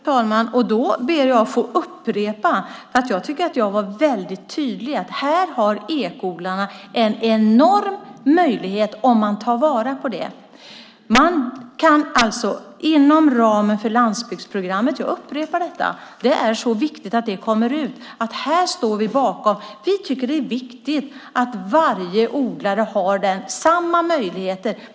Fru ålderspresident! Då ber jag att få säga att jag tycker att jag var väldigt tydlig. Ekoodlarna har alltså inom ramen för landsbygdsprogrammet en enorm möjlighet om de tar vara på den. Jag upprepar detta därför att det är så viktigt att det kommer ut. Vi står bakom. Vi tycker att det är viktigt att varje odlare har samma möjligheter.